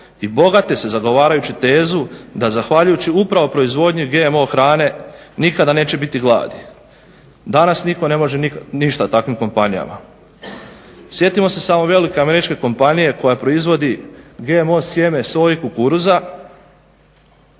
i bogate se zagovarajući tezu da zahvaljujući upravo proizvodnji GMO hrane nikada neće biti gladi. Danas nitko ne može ništa takvim kompanijama. Sjetimo se samo velike američke kompanije koja proizvodi GMO sjeme soje i kukuruza